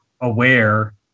aware